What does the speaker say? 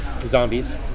Zombies